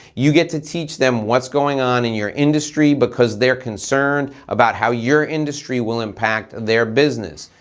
you get to teach them what's going on in your industry because they're concerned about how your industry will impact their business.